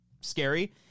scary